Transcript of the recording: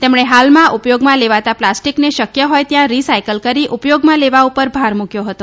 તેમણે હાલમાં ઉપયોગમાં લેવાતા પ્લાસ્ટીકને શકય હોય ત્યાં રીસાઈકલ કરી ઉપયોગમાં લેવા ઉપર ભાર મુકયો હતો